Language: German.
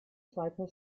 schweizer